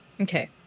Okay